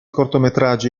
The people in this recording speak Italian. cortometraggi